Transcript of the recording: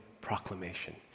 proclamation